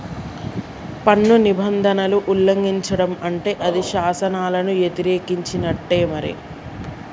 పన్ను నిబంధనలను ఉల్లంఘిచడం అంటే అది శాసనాలను యతిరేకించినట్టే మరి